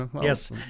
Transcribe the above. Yes